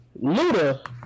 Luda